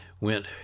went